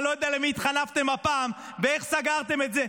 אני לא יודע למי התחנפתם הפעם ואיך סגרתם את זה,